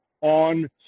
on